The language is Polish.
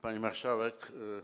Pani Marszałek!